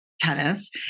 tennis